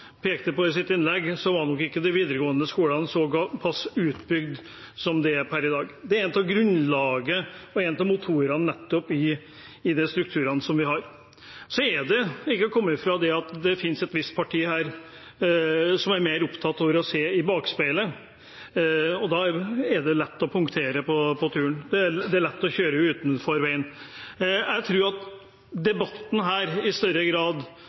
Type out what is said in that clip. pekte på i sitt innlegg, var nok ikke de videregående skolene såpass utbygd som de er per i dag. Det er noe av grunnlaget for og en av motorene i de strukturene vi har. Så er det ikke til å komme fra at det finnes et visst parti her som er mer opptatt av å se i bakspeilet, og da er det lett å punktere på turen – det er lett å kjøre utenfor veien. Jeg tror at debatten her i større grad